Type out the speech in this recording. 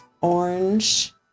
Orange